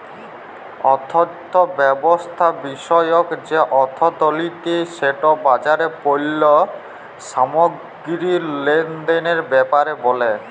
অথ্থব্যবস্থা বিষয়ক যে অথ্থলিতি সেট বাজারে পল্য সামগ্গিরি লেলদেলের ব্যাপারে ব্যলে